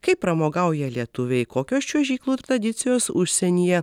kaip pramogauja lietuviai kokios čiuožyklų tradicijos užsienyje